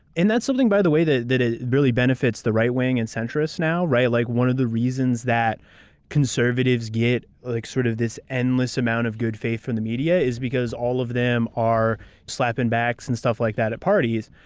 and that's something by the way that that ah really benefits the right wing and centrists now. right, like one of the reasons that conservatives get like sort of this endless amount of good faith from the media is because all of them are slapping backs and stuff like that at parties.